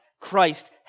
Christ